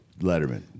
Letterman